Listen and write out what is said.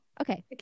okay